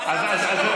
אני רוצה שהוא,